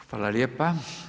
Hvala lijepa.